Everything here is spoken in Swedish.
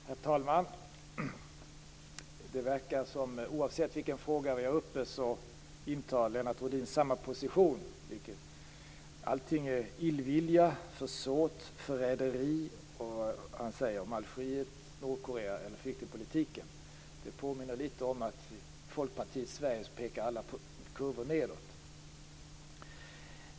Herr talman! Det verkar som om Lennart Rohdin intar samma position oavsett vilken fråga vi har uppe. Allting är illvilja, försåt, förräderi vare sig det handlar om Algeriet, Nordkorea eller flyktingpolitiken. Det påminner litet om att i Folkpartiets Sverige pekar alla kurvor nedåt.